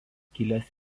kilęs